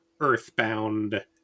earthbound